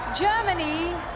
Germany